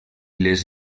les